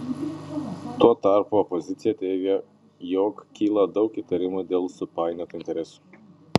tuo tarpu opozicija teigia jog kyla daug įtarimų dėl supainiotų interesų